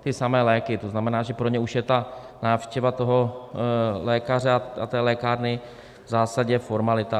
Ty samé léky, to znamená, že pro ně už je ta návštěva lékaře a té lékárny v zásadě formalita.